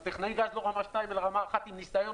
אז טכנאי גז לא רמה 2 אלא רמה 1 עם ניסיון